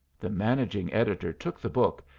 the managing editor took the book,